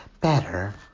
Better